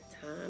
time